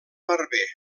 barber